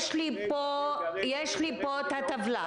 יש לי פה את הטבלה.